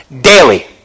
daily